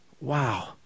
Wow